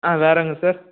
ஆ வேறங்க சார்